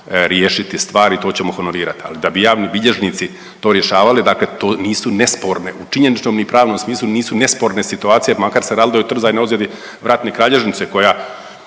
riješiti stvari i to ćemo honorirati, ali da bi javni bilježnici to rješavali, dakle to nisu nesporne u činjeničnom i pravnom smislu nisu nesporne situacije makar se radilo i o trzajnoj ozljedi vratne kralježnice u